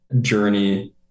journey